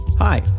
Hi